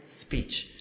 speech